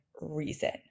reason